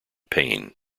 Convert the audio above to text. pain